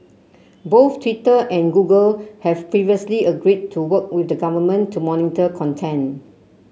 both Twitter and Google have previously agreed to work with the government to monitor content